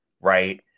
right